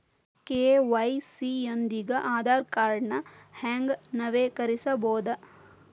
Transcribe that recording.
KYC ಯೊಂದಿಗ ಆಧಾರ್ ಕಾರ್ಡ್ನ ಹೆಂಗ ನವೇಕರಿಸಬೋದ